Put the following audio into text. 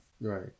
right